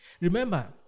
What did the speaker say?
Remember